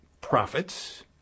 profits